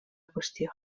qüestió